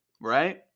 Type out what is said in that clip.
right